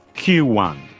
q one.